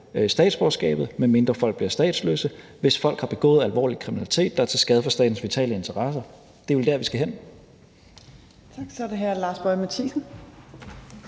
statsborgerskabet, medmindre folk bliver statsløse, hvis folk har begået alvorlig kriminalitet, der er til skade for statens vitale interesser. Det er vel der, vi skal hen.